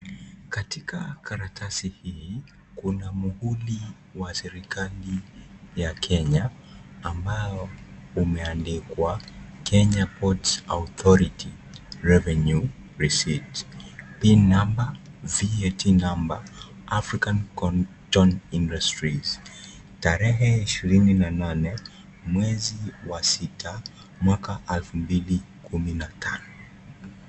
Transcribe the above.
Katika karatasi hii, kuna muhudi wa serikali ya Kenya ambao umeandikwa " Kenya Ports Authority Revenue Receipt, Pin number , VAT number, African Cotton Industries tarehe ishirini na nane mwezi wa sita mwaka elfu mbili kumi na tano".